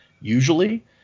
usually